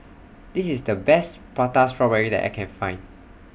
This IS The Best Prata Strawberry that I Can Find